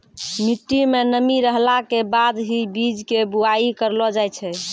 मिट्टी मं नमी रहला के बाद हीं बीज के बुआई करलो जाय छै